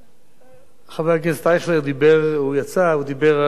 חבר הכנסת אייכלר יצא, הוא דיבר על "דר-שטירמר".